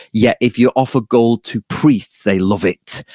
yet, if you offer gold to priests, they love it.